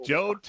Joe